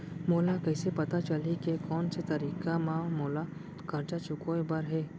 मोला कइसे पता चलही के कोन से तारीक म मोला करजा चुकोय बर हे?